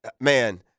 man